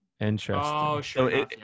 Interesting